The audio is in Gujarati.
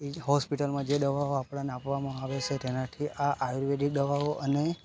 ઇ હોસ્પિટલમાં જે દવાઓ આપણને આપવામાં આવે છે તેનાથી આ આયુર્વેદિક દવાઓ અને